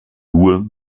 nur